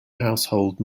household